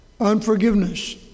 unforgiveness